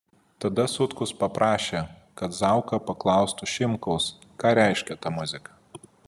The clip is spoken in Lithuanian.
tada sutkus paprašė kad zauka paklaustų šimkaus ką reiškia ta muzika